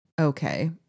okay